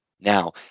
Now